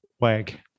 wag